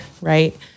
right